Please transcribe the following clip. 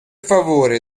favore